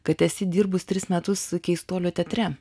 kad esi dirbus tris metus su keistuolių teatre